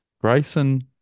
Grayson